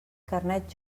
carnet